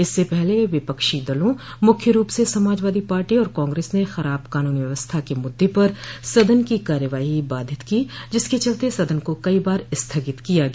इससे पहले विपक्षी दलों मुख्य रूप से समाजवादी पार्टी और कांग्रेस ने खराब कानून व्यवस्था के मुद्दे पर सदन की कार्यवाही बाधित की जिसके चलते सदन को कई बार स्थगित किया गया